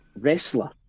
wrestler